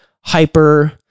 hyper